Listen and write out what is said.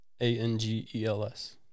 a-n-g-e-l-s